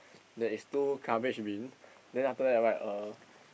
there is two garbage bin then after that right uh